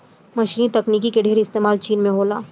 मशीनी तकनीक के ढेर इस्तेमाल चीन में होला